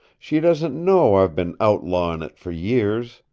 she doesn't know i've been outlawin' it for years,